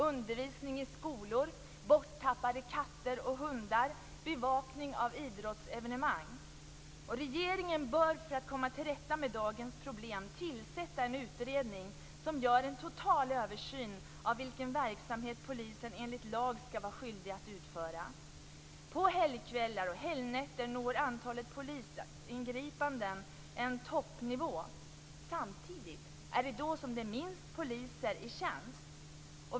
Undervisning i skolor, borttappade hundar och katter, bevakning av idrottsevenemang? Regeringen bör, för att komma till rätta med dagens problem, tillsätta en utredning som gör en total översyn av vilken verksamhet polisen enligt lag skall vara skyldig att utföra. På helgkvällar och helgnätter når antalet polisingripanden en toppnivå. Samtidigt är då minst antal poliser i tjänst.